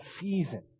season